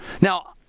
Now